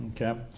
Okay